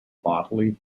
bodily